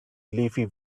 leafy